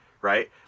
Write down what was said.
right